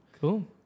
cool